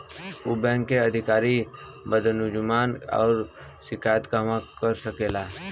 उ बैंक के अधिकारी बद्जुबान बा ओकर शिकायत कहवाँ कर सकी ले